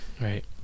right